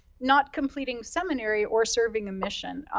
not completing seminary or serving the mission.